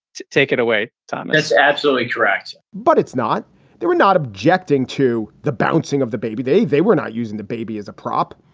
take it away, tom. that's absolutely correct but it's not they were not objecting to the bouncing of the baby. they they were not using the baby as a prop.